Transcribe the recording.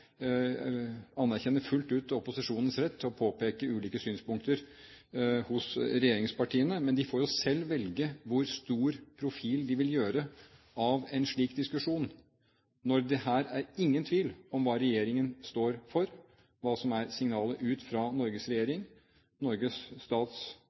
anerkjenner fullt ut opposisjonens rett til å påpeke ulike synspunkter hos regjeringspartiene, men de får selv velge hvor stor profil de vil gjøre av en slik diskusjon, når det ikke er noen tvil om hva regjeringen står for, hva som er signalet ut fra Norges regjering, Norges stats-,